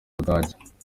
budage